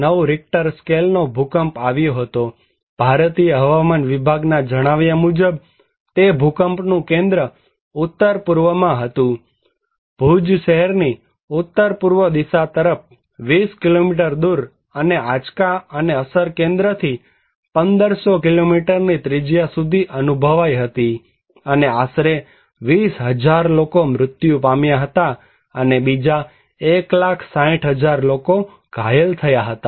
9 Richter સ્કેલનો ભૂકંપ આવ્યો હતોભારતીય હવામાન વિભાગના જણાવ્યા મુજબ તે ભૂકંપનું કેન્દ્ર ઉત્તર પૂર્વમાં હતું ભુજ શહેરની ઉત્તર પૂર્વ દિશા તરફ 20 કિલોમીટર દૂર અને આંચકા અને અસર કેન્દ્રથી 1500 કિલોમીટરની ત્રિજ્યા સુધી અનુભવાઈ હતી અને આશરે 20000 લોકો મૃત્યુ પામ્યા હતા અને બીજા 160000 લોકો ઘાયલ થયા હતા